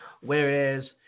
whereas